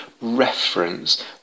reference